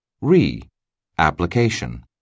Re-Application